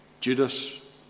Judas